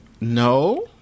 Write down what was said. No